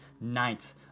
ninth